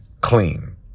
clean